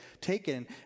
taken